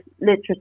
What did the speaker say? literature